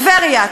טבריה,